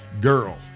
girl